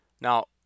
Now